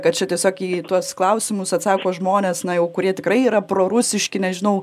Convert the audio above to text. kad čia tiesiog į tuos klausimus atsako žmonės na jau kurie tikrai yra prorusiški nežinau